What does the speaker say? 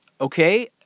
okay